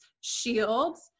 shields